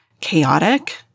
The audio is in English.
chaotic